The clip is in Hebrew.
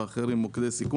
או שאתם רק פורמליסטים לכל דבר